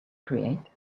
create